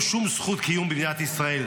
אין לו שום זכות קיום במדינת ישראל,